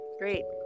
great